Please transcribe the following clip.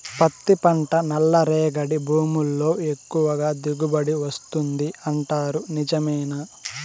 పత్తి పంట నల్లరేగడి భూముల్లో ఎక్కువగా దిగుబడి వస్తుంది అంటారు నిజమేనా